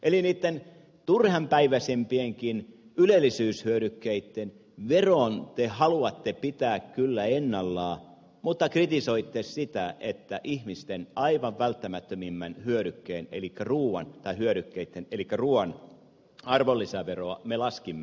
eli niitten turhanpäiväisimpienkin ylellisyyshyödykkeitten veron te haluatte pitää kyllä ennallaan mutta kritisoitte sitä että ihmisten aivan välttämättömimpien hyödykkeitten elikkä ruuan arvonlisäveroa me laskimme